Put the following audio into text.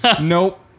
Nope